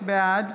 בעד